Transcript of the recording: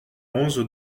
onze